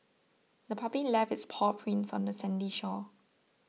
the puppy left its paw prints on the sandy shore